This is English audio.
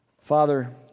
Father